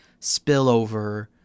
spillover